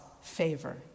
favor